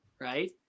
right